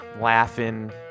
laughing